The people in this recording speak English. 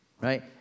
right